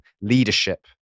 leadership